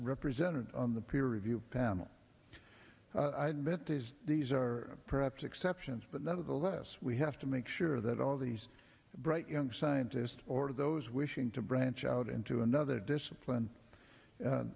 represented on the peer review panel these are perhaps exceptions but nevertheless we have to make sure that all these bright young scientist or those wishing to branch out into another discipline